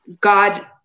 God